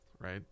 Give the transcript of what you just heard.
right